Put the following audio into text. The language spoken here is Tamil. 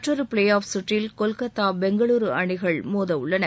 மற்றொரு பிளேஆஃப் கற்றில் கொல்கத்தா பெங்களூரு அணிகள் மோதவுள்ளன